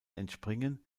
entspringen